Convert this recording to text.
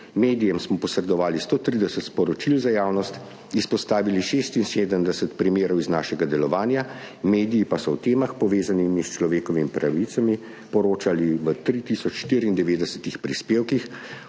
Medijem smo posredovali 130 sporočil za javnost, izpostavili 76 primerov iz našega delovanja, mediji pa so o temah, povezanih s človekovimi pravicami, poročali v 3 tisoč 94 prispevkih,